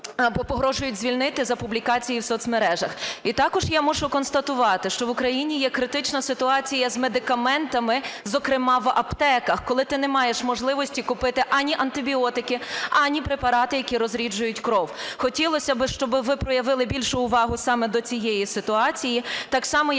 погрожують звільнити за публікації в соцмережах. І також я мушу констатувати, що в Україні є критична ситуація з медикаментами, зокрема в аптеках, коли ти не маєш можливості купити ані антибіотики, ані препарати, які розріджують кров. Хотілося би, щоб ви проявили більшу увагу саме до цієї ситуації, так само як до виплат